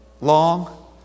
Long